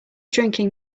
drinking